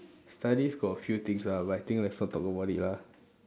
studies got a few things ah but I think let's not talk about it lah